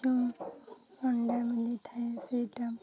ଯଉ ଅଣ୍ଡା ମିଳିଥାଏ ସେଇଟା